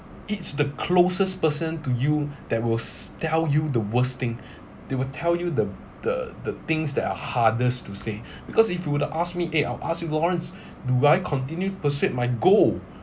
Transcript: it's the closest person to you that will s~ tell you the worst thing they will tell you the the the things that are hardest to say because if you would to ask me eh I ask you lawrence do I continued pursuit my goal